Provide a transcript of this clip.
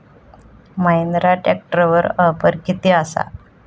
महिंद्रा ट्रॅकटरवर ऑफर किती आसा?